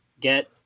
get